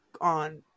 on